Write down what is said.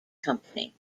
company